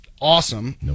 awesome